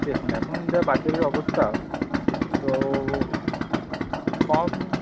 দেখুন এখন যা বাজারের অবস্থা তো কম